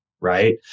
right